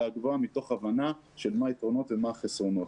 הגבוהה מתוך הבנה של מה היתרונות ומה החסרונות.